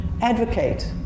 advocate